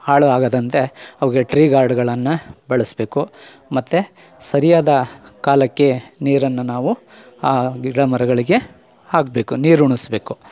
ಹಾಳು ಆಗದಂತೆ ಅವಕ್ಕೆ ಟ್ರೀ ಗಾರ್ಡುಗಳನ್ನು ಬಳಸಬೇಕು ಮತ್ತು ಸರಿಯಾದ ಕಾಲಕ್ಕೆ ನೀರನ್ನು ನಾವು ಆ ಗಿಡಮರಗಳಿಗೆ ಹಾಕಬೇಕು ನೀರು ಉಣಿಸ್ಬೇಕು